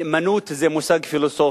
אני אומר לך, המושג נאמנות זה מושג פילוסופי.